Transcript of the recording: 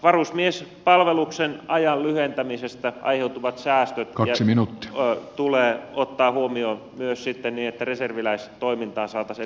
varusmiespalveluksen ajan lyhentämisestä aiheutuvat säästöt tulee ottaa huomioon myös sitten niin että reserviläistoimintaan saataisiin enemmän kohdennettua varoja